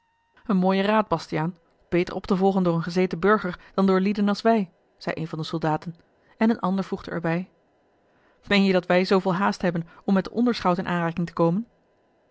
een mooie raad bastiaan beter op te volgen door een gezeten burger dan door lieden als wij zeî een van de soldaten en een ander voegde er bij meen je dat wij zooveel haast hebben om met den onderschout in aanraking te komen